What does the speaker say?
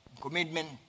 commitment